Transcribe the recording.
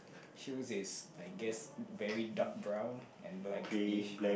shoes is I guess very dark brown and blackish